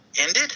ended